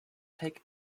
take